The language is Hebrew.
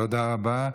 תודה רבה.